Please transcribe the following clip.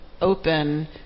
open